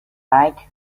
nike